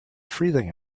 freezing